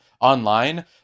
online